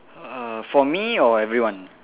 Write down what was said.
uh for me or everyone